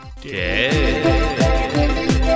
dead